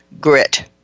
grit